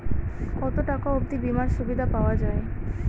কত টাকা অবধি বিমার সুবিধা পাওয়া য়ায়?